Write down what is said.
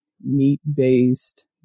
meat-based